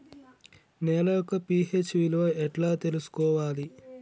నేల యొక్క పి.హెచ్ విలువ ఎట్లా తెలుసుకోవాలి?